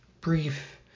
brief